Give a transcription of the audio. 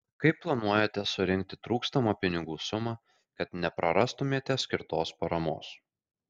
kaip planuojate surinkti trūkstamą pinigų sumą kad neprarastumėte skirtos paramos